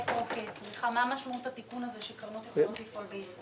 מה משמעות התיקון הזה שקרנות יכולות לפעול בישראל?